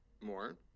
more